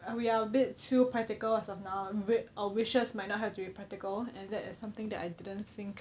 uh we are a bit too practical as of now with our wishes might not have to be practical and that is something that I didn't think